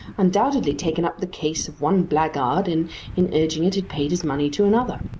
undoubtedly taken up the case of one blackguard, and in urging it had paid his money to another.